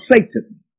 Satan